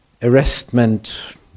arrestment